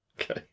Okay